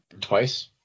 twice